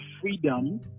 freedom